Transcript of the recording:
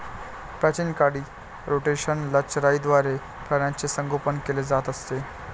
प्राचीन काळी रोटेशनल चराईद्वारे प्राण्यांचे संगोपन केले जात असे